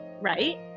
right